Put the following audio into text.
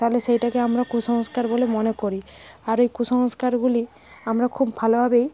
তাহলে সেইটাকে আমরা কুসংস্কার বলে মনে করি আর ওই কুসংস্কারগুলি আমরা খুব ভালোভাবেই